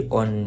on